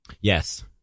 Yes